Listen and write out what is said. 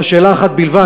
אה, שאלה אחת בלבד?